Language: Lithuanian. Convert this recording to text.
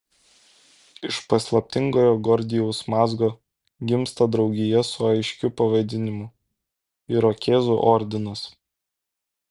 iš paslaptingojo gordijaus mazgo gimsta draugija su aiškiu pavadinimu irokėzų ordinas